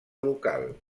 local